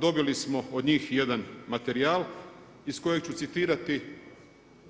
Dobili smo od njih jedan materijal iz kojeg ću citirati